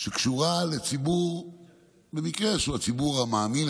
שקשורה במקרה לציבור שהוא הציבור המאמין,